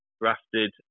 grafted